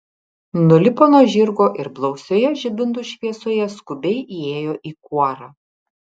nulipo nuo žirgo ir blausioje žibintų šviesoje skubiai įėjo į kuorą